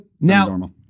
Now